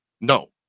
No